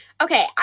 Okay